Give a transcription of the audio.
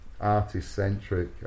artist-centric